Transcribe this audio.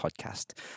podcast